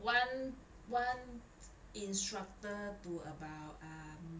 one one instructor to about um